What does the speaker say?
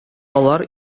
алар